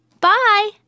Bye